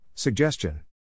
Suggestion